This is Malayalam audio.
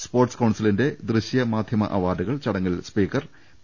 സ്പോർട്സ് കൌൺസിലിന്റെ ദൃശ്യ മാധ്യമ അവാർഡുകൾ ചടങ്ങിൽ സ്പീക്കർ പി